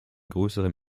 größere